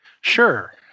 Sure